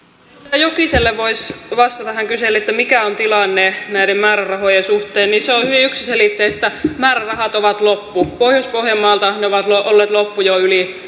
jokiselle voisi vastata hän kyseli mikä on tilanne näiden määrärahojen suhteen että se on hyvin yksiselitteistä määrärahat ovat loppu pohjois pohjanmaalta ne ovat olleet loppu jo yli